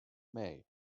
may